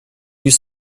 use